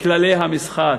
כללי המשחק.